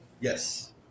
Yes